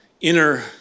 inner